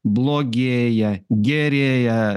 blogėja gerėja